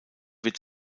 wird